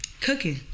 cooking